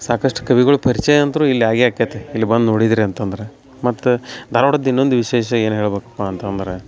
ಸಾಕಷ್ಟು ಕವಿಗಳು ಪರಿಚಯ ಅಂತೂ ಇಲ್ಲಿ ಆಗೇ ಆಕ್ಯತಿ ಇಲ್ಲಿ ಬಂದು ನೋಡಿದಿರಿ ಅಂತಂದ್ರೆ ಮತ್ತು ಧಾರ್ವಾಡದ ಇನ್ನೊಂದು ವಿಶೇಷ ಏನು ಹೇಳಬೇಕಪ್ಪ ಅಂತಂದ್ರೆ